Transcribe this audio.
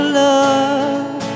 love